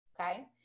Okay